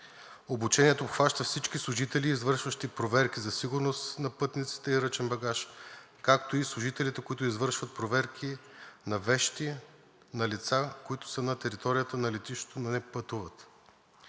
Обучението обхваща всички служители, извършващи проверки за сигурност на пътниците и ръчен багаж, както и служителите, които извършват проверки на вещи, на лица, които са на територията на летището, но не пътуват.